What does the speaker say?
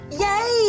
Yay